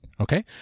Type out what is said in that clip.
Okay